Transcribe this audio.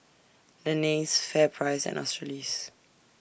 Lenas FairPrice and Australis